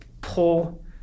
pull